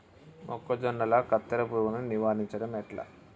మొక్కజొన్నల కత్తెర పురుగుని నివారించడం ఎట్లా?